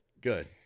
Good